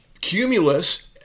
Cumulus